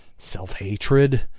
self-hatred